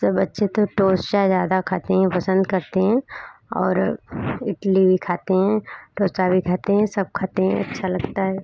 सब बच्चे तो डोसा ज़्यादा खाते हैं पसंद करते हैं और इडली खाते हैं डोसा भी खाते हैं सब खाते हैं अच्छा लगता है